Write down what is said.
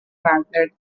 farther